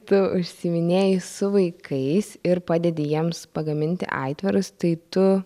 tu užsiiminėji su vaikais ir padedi jiems pagaminti aitvarus tai tu